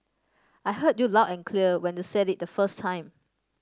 I heard you loud and clear when you said it the first time